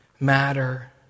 Matter